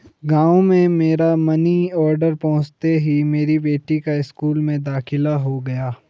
गांव में मेरा मनी ऑर्डर पहुंचते ही मेरी बेटी का स्कूल में दाखिला हो गया